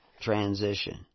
transition